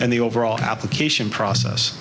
and the overall application process